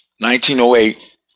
1908